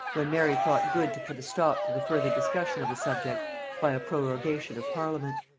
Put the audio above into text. when mary thought good to put a stop to the further discussion of the subject by a prorogation of parliament.